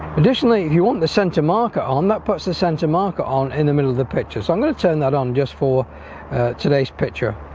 additionally if you want the center marker on that puts the center marker on in the middle of the picture so i'm going to turn that on just for today's picture